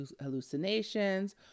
hallucinations